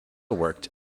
worked